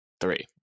Three